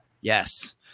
Yes